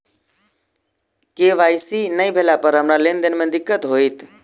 KYC नै भेला पर हमरा लेन देन मे दिक्कत होइत?